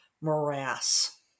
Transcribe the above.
morass